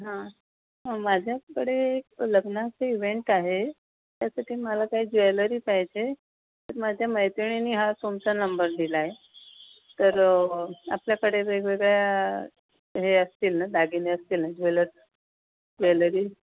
हां माझ्याकडे एक लग्नाचा इव्हेंट आहे त्यासाठी मला काही ज्वेलरी पाहिजे तर माझ्या मैत्रिणीने हा तुमचा नंबर दिला आहे तर आपल्याकडे वेगवेगळ्या हे असतील ना दागिने असतील ना ज्वेल ज्वेलरी